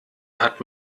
hat